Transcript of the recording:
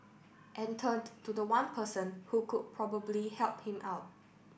and turned to the one person who could probably help him out